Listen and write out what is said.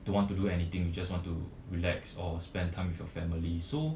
don't want to do anything you just want to relax or spend time with your family so